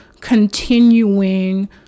continuing